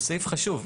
הוא סעיף חשוב.